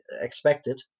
expected